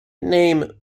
name